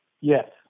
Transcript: Yes